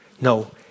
No